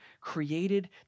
created